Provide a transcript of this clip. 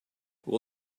will